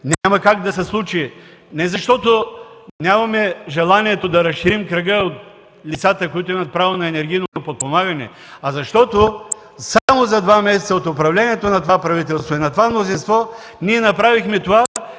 няма как да се случи и не защото нямаме желанието да разширим кръга от лицата, които имат право на енергийно подпомагане, а защото само за два месеца от управлението на това правителство и на това мнозинство ние направихме това,